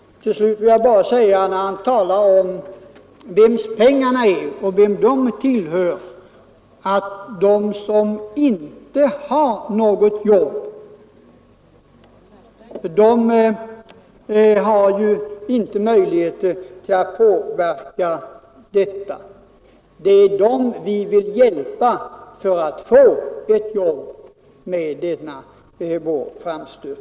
Och då han talar om vem pengarna tillhör vill jag bara säga att de som inte har något arbete inte heller har några möjligheter att påverka situationen. Vi vill hjälpa just dem att få ett jobb med denna vår framstöt.